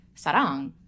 Sarang